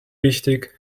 wichtig